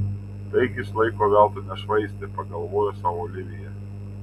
taigi jis laiko veltui nešvaistė pagalvojo sau olivija